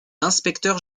inspecteur